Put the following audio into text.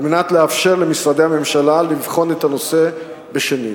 על מנת לאפשר למשרדי הממשלה לבחון את הנושא בשנית.